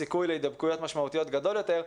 הסיכוי להידבקויות משמעותיות גדול יותר,